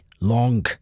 long